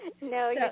No